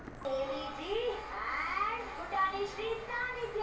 ತೊಪ್ಲಪಲ್ಯ ಕ್ಷೀಣ ಆಗಬಾರದು ಅಂದ್ರ ಏನ ಮಾಡಬೇಕು?